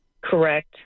Correct